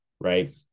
Right